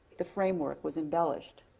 the framework was embellished.